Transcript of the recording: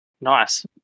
Nice